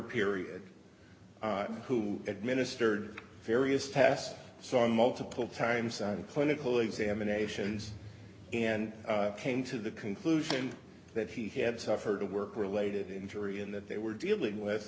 period who administered various tests saw multiple times on clinical examinations and came to the conclusion that he had suffered a work related injury and that they were dealing with